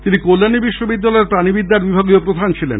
তিনি কল্যাণী বিশ্ববিদ্যায়ের প্রাণীবিদ্যার বিভাগীয় প্রধান ছিলেন